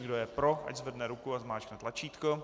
Kdo je pro, ať zvedne ruku a zmáčkne tlačítko.